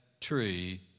tree